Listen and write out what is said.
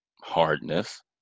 hardness